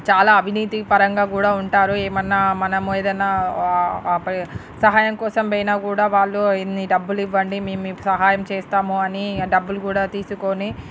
చాలా అవినీతిపరంగా కూడా ఉంటారు ఏమన్నా మనం ఏదైనా సహాయం కోసం పోయినా కూడా వాళ్ళు ఇన్ని డబ్బులు ఇవ్వండి మేము మీకు సహాయం చేస్తాము అని డబ్బులు కూడా తీసుకొని